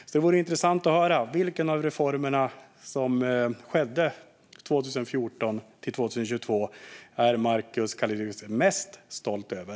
Det vore därför intressant att höra vilken av de reformer som genomfördes 2014-2022 som Markus Kallifatides är mest stolt över.